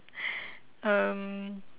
um